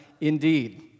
indeed